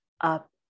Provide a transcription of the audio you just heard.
up